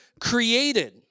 created